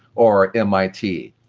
or mit?